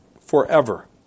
forever